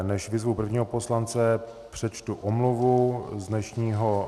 Než vyzvu prvního poslance, přečtu omluvu z dnešního dne.